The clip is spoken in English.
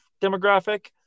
demographic